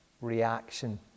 reaction